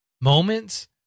moments